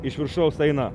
iš viršaus eina